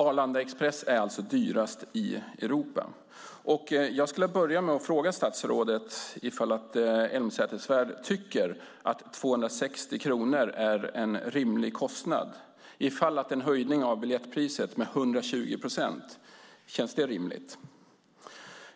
Arlanda Express är alltså dyrast i Europa. Tycker statsrådet Elmsäter-Svärd att 260 kronor är en rimlig kostnad och att en höjning av biljettpriset med 120 procent är vettig?